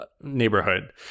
neighborhood